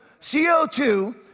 CO2